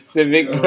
civic